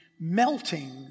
melting